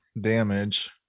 damage